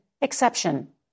exception